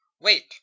wait